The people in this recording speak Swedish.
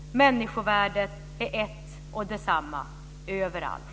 Människovärdet är ett och detsamma överallt.